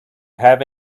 have